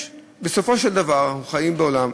בסופו של דבר אנחנו חיים בעולם,